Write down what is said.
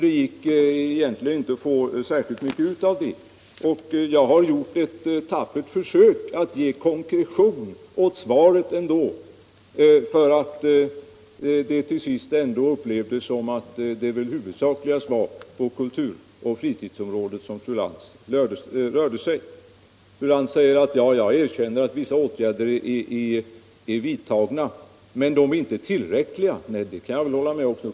Jag har trots detta gjort ett tappert försök att ge konkretion åt svaret, sedan det till sist befanns vara så att fru Lantz interpellation huvudsakligen hänförde sig till kulturoch fritidsområdet. Fru Lantz medger att vissa åtgärder på detta område är vidtagna, men anser att de inte är tillräckliga. Nej, det kan jag naturligtvis hålla med om.